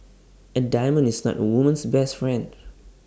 A diamond is not A woman's best friend